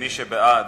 מי שבעד,